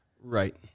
Right